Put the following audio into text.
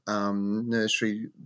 Nursery